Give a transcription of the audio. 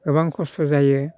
गोबां खस्त' जायो